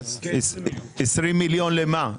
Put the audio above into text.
20 מיליון למה?